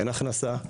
אין הכנסה,